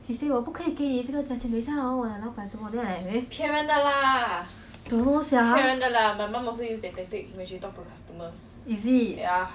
she say 我不可以给你这个价钱等下 orh 我的老板什么 then I eh don't know sia is it